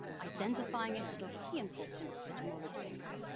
identifying it as of key importance for gemmologists.